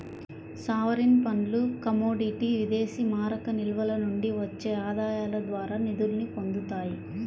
sovereign ఫండ్లు commodity విదేశీమారక నిల్వల నుండి వచ్చే ఆదాయాల ద్వారా నిధుల్ని పొందుతాయి